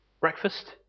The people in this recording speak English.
breakfast